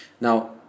now